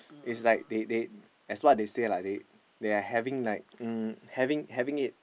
is like they they as what they say lah they they are having like um having having it